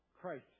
Christ